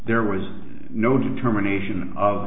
there was no determination o